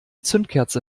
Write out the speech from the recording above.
zündkerze